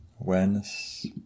awareness